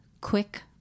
quick